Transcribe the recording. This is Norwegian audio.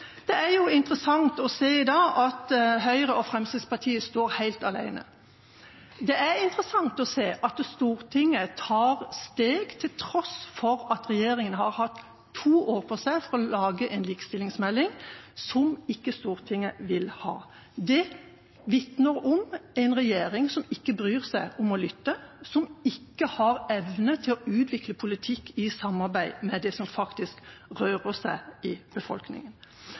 Det er interessant å se i dag at Høyre og Fremskrittspartiet står helt alene. Det er interessant å se at Stortinget tar steg, til tross for at regjeringa har hatt to år på seg til å lage en likestillingsmelding – som ikke Stortinget vil ha. Det vitner om en regjering som ikke bryr seg om å lytte, som ikke har evne til å utvikle en politikk i samsvar med det som faktisk rører seg i befolkningen.